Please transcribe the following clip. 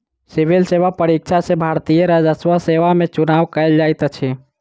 civil सेवा परीक्षा सॅ भारतीय राजस्व सेवा में चुनाव कयल जाइत अछि